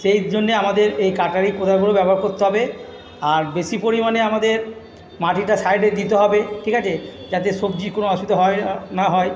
সেই জন্যে আমাদের এই কাটারি কোদালগুলো ব্যবহার করতে হবে আর বেশি পরিমাণে আমাদের মাটিটা সাইডে দিতে হবে ঠিক আছে যাতে সবজির কোনো অসুবিধে হয় না হয়